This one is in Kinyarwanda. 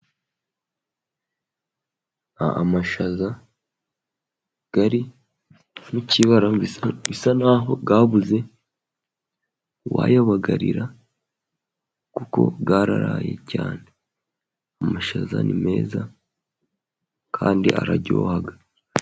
Amashaza ari mu kibara, bisa naho yabuze uwayabagarira kuko yararaye cyane ,amashaza ni meza kandi araryoha.